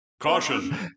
Caution